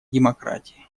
демократии